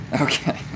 Okay